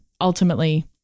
ultimately